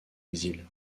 exil